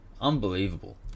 Unbelievable